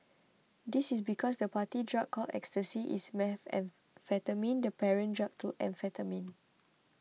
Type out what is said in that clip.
this is because the party drug called Ecstasy is methamphetamine the parent drug to amphetamine